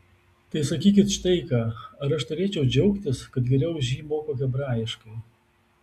tai sakykit štai ką ar aš turėčiau džiaugtis kad geriau už jį moku hebrajiškai